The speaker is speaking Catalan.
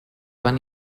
van